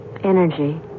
Energy